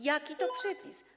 Jaki to przepis?